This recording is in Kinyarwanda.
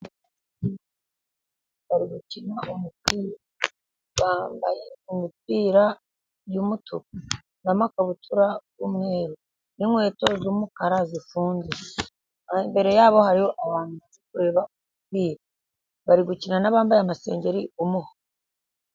Bari gukina umupira bambaye umupira w'umutuku n'amakabutura y'umweru n'inkweto z'umukara zifunze, imbere yabo hari abantu bari kureba umupira, bari gukina n'abambaye amasengeri y'umuhondo.